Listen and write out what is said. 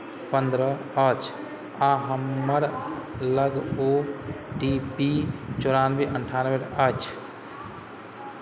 पन्द्रह अछि आ हमर लग ओ टी पी चौरानबे अनठानबे अछि